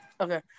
okay